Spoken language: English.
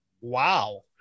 wow